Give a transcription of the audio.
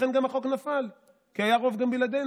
לכן החוק נפל, כי היה רוב גם בלעדינו.